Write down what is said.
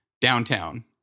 downtown